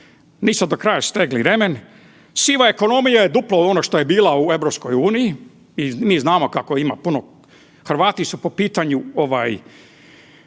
Nisam do kraja stegli remen, siva ekonomija je duplo što je bila u EU i mi znamo kako ima puno Hrvati su po pitanju